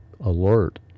alert